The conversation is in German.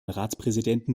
ratspräsidenten